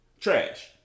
trash